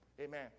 Amen